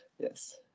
Yes